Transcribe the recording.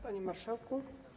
Panie Marszałku!